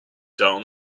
down